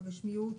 הרישמיות,